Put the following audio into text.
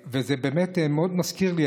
זה באמת מזכיר לי מאוד,